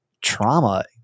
trauma